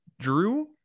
Drew